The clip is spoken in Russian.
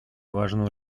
важную